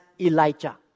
Elijah